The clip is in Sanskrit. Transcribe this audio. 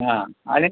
हा आनीतम्